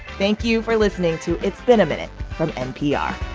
thank you for listening to it's been a minute from npr